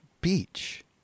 beach